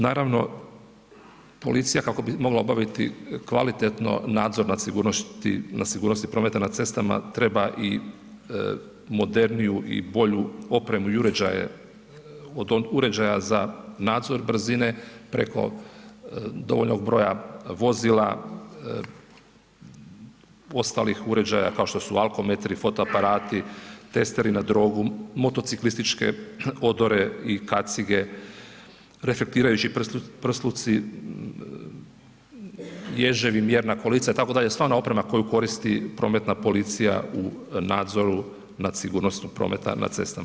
Naravno policija kako bi mogla obaviti kvalitetno nadzor nad sigurnosti prometa na cestama, treba i moderniju i bolju opremu i uređaje, od uređaja za nadzor brzine preko dovoljnog broja vozila, ostalih uređaja kao što su alkometri, fotoaparati, testeri na drogu, motociklističke odore i kacige, reflektirajući prsluci, ježevi, mjerna kolica itd., sva ona oprema koju koristi prometna policija u nadzoru nad sigurnosti prometa na cestama.